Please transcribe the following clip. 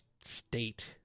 state